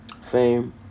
fame